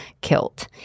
killed